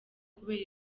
kubera